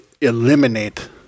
eliminate